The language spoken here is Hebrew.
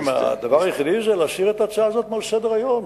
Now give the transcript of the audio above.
הדבר היחידי זה להסיר את ההצעה הזאת מסדר-היום.